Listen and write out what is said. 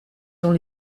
dans